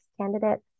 candidates